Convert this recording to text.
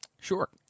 Sure